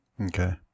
Okay